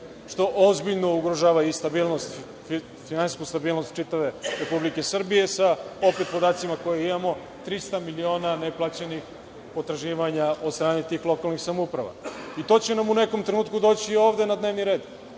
što ozbiljno ugrožava finansijsku stabilnost čitave Republike Srbije sa, podacima koje imamo, 300 miliona neplaćenih potraživanja od strane tih lokalnih samouprava. To će nam u nekom trenutku doći ovde na dnevni red.